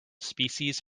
species